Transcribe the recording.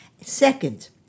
Second